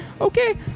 okay